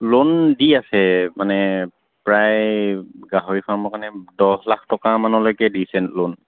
loan দি আছে মানে প্ৰায় গাহৰি ফাৰ্মৰ কাৰণে দহ লাখ টকামানলৈকে দিছে লোন